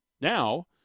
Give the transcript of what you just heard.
Now